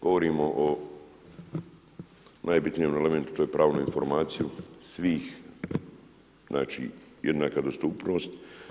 Govorimo o najbitnijem elementu, a to je pravo na informaciju svih znači jednaka dostupnost.